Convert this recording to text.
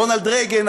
רונלד רייגן,